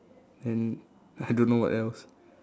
and I don't know what else